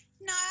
No